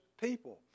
people